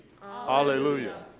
Hallelujah